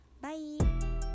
Bye